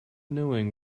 knowing